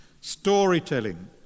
storytelling